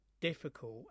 difficult